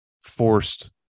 forced